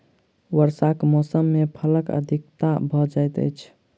वर्षाक मौसम मे फलक अधिकता भ जाइत अछि